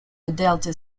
delta